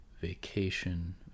vacation